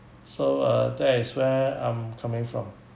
so uh that is where I'm coming from